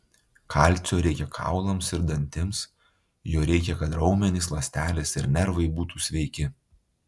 kalcio reikia kaulams ir dantims jo reikia kad raumenys ląstelės ir nervai būtų sveiki